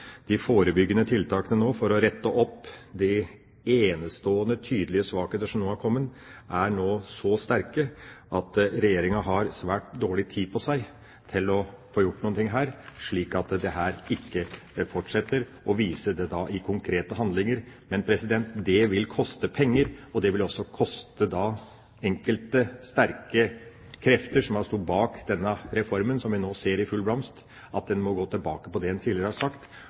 de forebyggende tiltakene for å rette opp de enestående, tydelige svakheter som nå er kommet, er så sterke at Regjeringa har svært dårlig tid på seg til å få gjort noe her, slik at dette ikke fortsetter, og til å vise det i konkrete handlinger. Men det vil koste penger, og det vil også koste at enkelte sterke krefter som sto bak den reformen som vi nå ser i full blomst, må gå tilbake på det en tidligere har sagt,